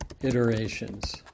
iterations